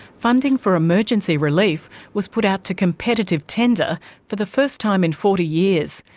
funding for emergency relief was put out to competitive tender for the first time in forty years.